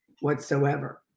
whatsoever